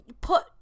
put